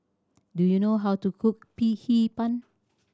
do you know how to cook Hee Pan